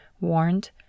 warned